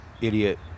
idiot